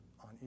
on